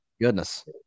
goodness